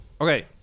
Okay